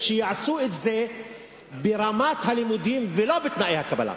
שיעשו את זה ברמת הלימודים ולא בתנאי הקבלה.